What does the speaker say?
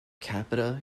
capita